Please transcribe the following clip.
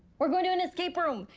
we're going to an escape room.